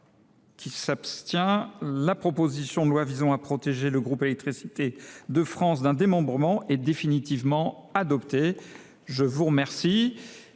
En conséquence, la proposition de loi visant à protéger le groupe Électricité de France d’un démembrement est définitivement adoptée. ( Mes chers